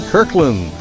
Kirkland